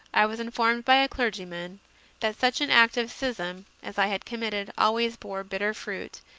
i was informed by a clergyman that such an act of schism as i had committed always bore bitter fruit,